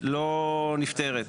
לא נפתרת.